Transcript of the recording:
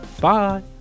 Bye